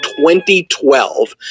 2012